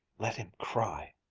let him cry!